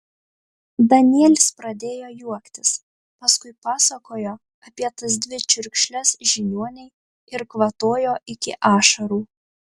danielis pradėjo juoktis paskui pasakojo apie tas dvi čiurkšles žiniuonei ir kvatojo iki ašarų